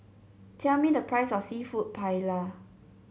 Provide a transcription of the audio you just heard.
tell me the price of seafood Paella